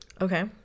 okay